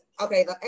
Okay